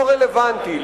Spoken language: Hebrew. לא רלוונטי,